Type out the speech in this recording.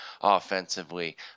offensively